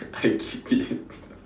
I keep it